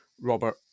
Robert